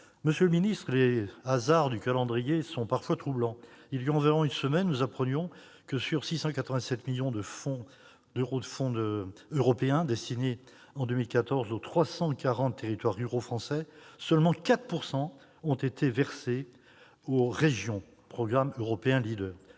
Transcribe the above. Monsieur le ministre, les hasards du calendrier sont parfois troublants. Il y a environ une semaine, nous apprenions que, sur 687 millions d'euros de fonds européens destinés en 2014 aux 340 territoires ruraux français- il s'agit du programme européen Leader